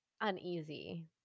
uneasy